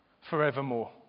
forevermore